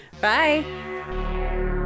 bye